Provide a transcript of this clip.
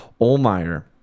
Olmeyer